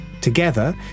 Together